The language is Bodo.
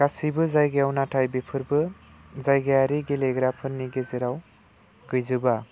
गासिबो जायगायाव नाथाय बेफोरबो जायगायारि गेलेग्राफोरनि गेजेराव गैजोबा